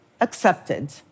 accepted